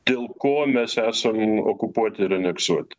dėl ko mes esam okupuoti ir aneksuoti